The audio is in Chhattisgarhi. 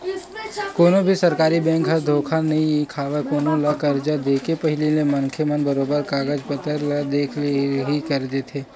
कोनो भी सरकारी बेंक ह धोखा नइ खावय कोनो ल करजा के देके पहिली मनखे के बरोबर कागज पतर ल देख के ही करजा देथे